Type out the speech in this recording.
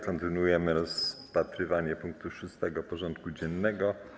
Kontynuujemy rozpatrywanie punktu 6. porządku dziennego.